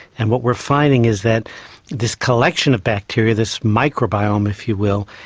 and what we are finding is that this collection of bacteria, this microbiome if you will,